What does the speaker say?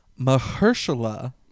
Mahershala